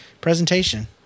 presentation